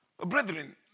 Brethren